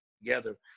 together